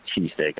cheesesteak